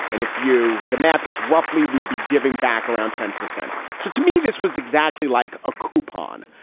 and if you the math is roughly we'd be giving back around ten percent. so to me, this was exactly like a coupon.